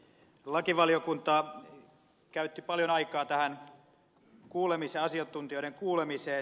lakivaliokunta käytti paljon aikaa asiantuntijoiden kuulemiseen